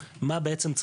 כי זה בעצם ה-know-how,